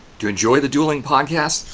to enjoy the dueling podcast,